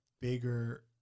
bigger